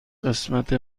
قسمت